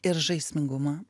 ir žaismingumą